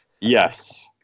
Yes